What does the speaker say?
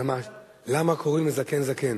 למה קוראים לזקן "זקן"?